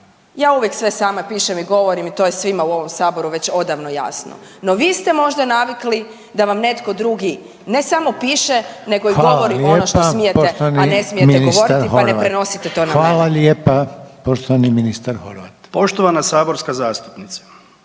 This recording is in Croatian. ja uvijek sve sama pišem i govorim i to je svima u ovom Saboru već odavno jasno. No vi ste možda navikli da vam netko drugi, ne samo piše, nego i govori ono što smijete, a ne smijete govoriti …/Upadica Željko Reiner: Hvala. Poštovani ministar Horvat./. **Reiner, Željko